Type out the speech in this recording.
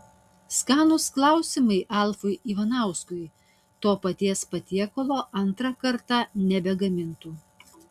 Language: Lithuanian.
skanūs klausimai alfui ivanauskui to paties patiekalo antrą kartą nebegamintų